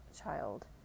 child